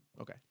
Okay